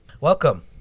Welcome